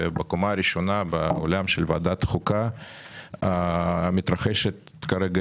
ובקומה הראשונה באולם של ועדת החוקה מתרחשת כרגע